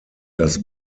dass